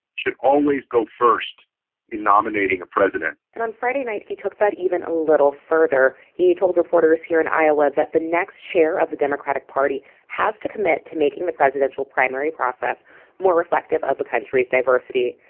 should always go first in nominating a president and on friday night, he took that even a little further. he told reporters here in iowa that the next chair of the democratic party has to commit to making the presidential primary process more reflective of the country's diversity.